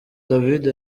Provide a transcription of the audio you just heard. david